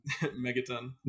Megaton